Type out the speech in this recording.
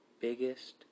biggest